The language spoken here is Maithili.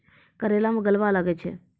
करेला मैं गलवा लागे छ?